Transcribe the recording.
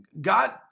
God